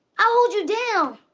i'll hold you down!